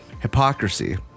hypocrisy